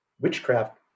witchcraft